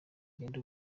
ugenda